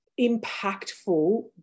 impactful